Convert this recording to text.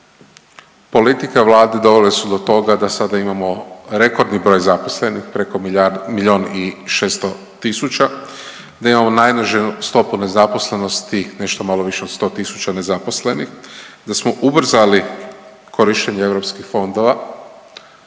politika vlade dovele su do toga da sada imamo rekordni broj zaposlenih, preko milijun i 600 tisuća, da imamo najnižu stopu nezaposlenosti nešto malo više od 100.000 nezaposlenih, da smo ubrzali korištenje eu fondova,